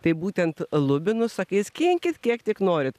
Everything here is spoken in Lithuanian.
taip būtent lubinus sakais skinkit kiek tik norit